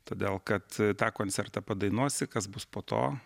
todėl kad tą koncertą padainuosi kas bus po to